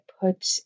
put